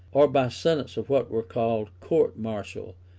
or by sentence of what were called courts-martial,